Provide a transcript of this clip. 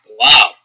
Wow